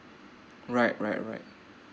right right right